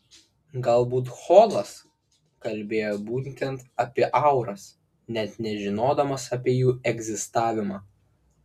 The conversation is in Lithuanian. galbūt holas kalbėjo būtent apie auras net nežinodamas apie jų egzistavimą